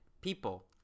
people